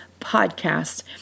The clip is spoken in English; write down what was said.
podcast